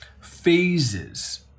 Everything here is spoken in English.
phases